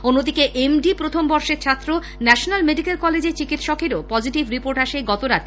অন্যদিকে এমডি প্রথম বর্ষের ছাত্র ন্যাশানাল মেডিকেল কলেজের চিকিৎসকেরও পজিটিভ রিপোর্ট আসে গতরাতে